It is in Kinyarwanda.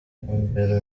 intumbero